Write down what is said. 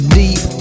deep